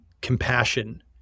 compassion